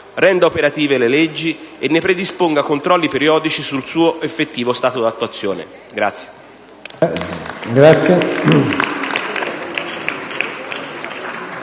renda operative le leggi e ne predisponga controlli periodici sul suo effettivo stato di attuazione.